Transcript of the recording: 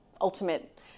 ultimate